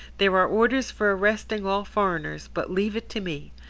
there are orders for arresting all foreigners, but leave it to me.